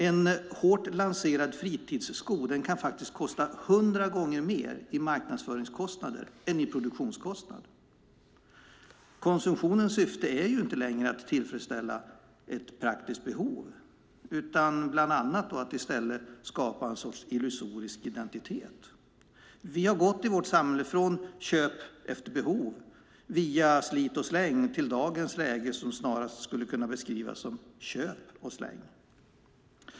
En hårt lanserad fritidssko kan faktiskt kosta 100 gånger mer i marknadsföringskostnad än i produktionskostnad. Konsumtionens syfte är inte längre att tillfredsställa ett praktiskt behov utan bland annat att i stället skapa en sorts illusorisk identitet. Vi har i vårt samhälle gått från köp efter behov via slit och släng till dagens läge som snarast skulle kunna beskrivas som köp och släng.